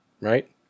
right